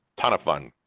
ton of fun,